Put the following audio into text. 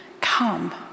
Come